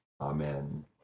Amen